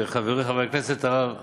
חברי חבר הכנסת הרב